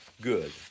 good